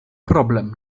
problem